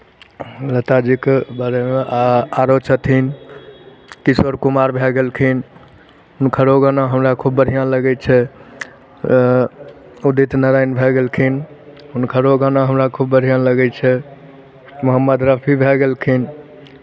लताजीके बारेमे आ आरो छथिन किशोर कुमार भए गेलखिन हुनकरो गाना हमरा खूब बढ़िआँ लगै छै उदित नारायण भए गेलखिन हुनकरो गाना हमरा खूब बढ़िआँ लगै छै मोहम्मद रफी भए गेलखिन